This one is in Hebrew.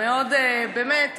באמת,